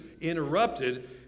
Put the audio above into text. interrupted